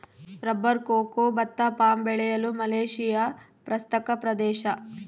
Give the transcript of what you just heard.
rubber cocoa ಭತ್ತ palm ಬೆಳೆಯಲು Malaysia ಪ್ರಸಕ್ತ ಪ್ರದೇಶ